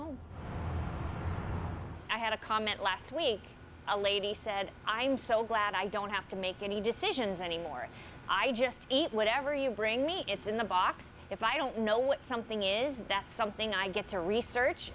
home i had a comment last week a lady said i'm so glad i don't have to make any decisions anymore i just eat whatever you bring me it's in the box if i don't know what something is that's something i get to research